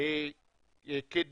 וזה